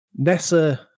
NASA